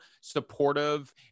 supportive